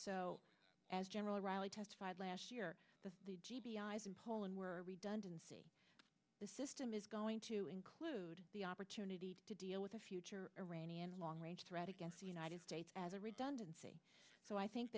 so as general riley testified last year that the g b i is in poland we're a redundancy the system is going to include the opportunity to deal with a future iranian long range threat against the united states as a redundancy so i think